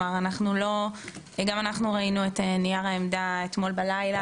גם אנחנו ראינו את נייר העמדה אתמול בלילה,